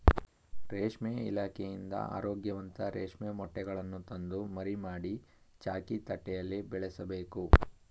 ರೇಷ್ಮೆ ಇಲಾಖೆಯಿಂದ ಆರೋಗ್ಯವಂತ ರೇಷ್ಮೆ ಮೊಟ್ಟೆಗಳನ್ನು ತಂದು ಮರಿ ಮಾಡಿ, ಚಾಕಿ ತಟ್ಟೆಯಲ್ಲಿ ಬೆಳೆಸಬೇಕು